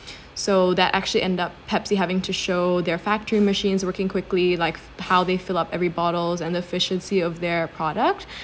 so that actually end up Pepsi having to show their factory machines working quickly like how they fill up every bottles and efficiency of their product